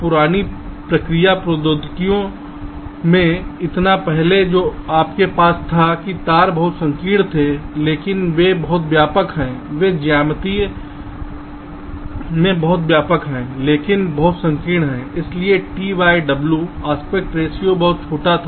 अब पुरानी प्रक्रिया प्रौद्योगिकियों में इतना पहले जो आपके पास था कि तार बहुत संकीर्ण थे लेकिन वे बहुत व्यापक हैं वे ज्यामिति में बहुत व्यापक हैं लेकिन बहुत संकीर्ण हैं इसलिए t बाय w एस्पेक्ट रेशों बहुत छोटा था